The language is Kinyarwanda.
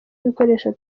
ibikoresho